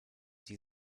sie